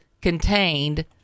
contained